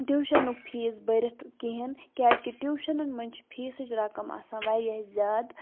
ٹیوٗشَنُک fees بٔرِتھ کِہیٖنۍ کیٛازِکہِ ٹیوٗشَنَن منٛز چھِ فیٖسٕچ رَقم آسان واریاہ زیادٕ